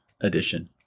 edition